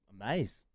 amazed